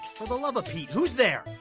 for the love of pete, who's there?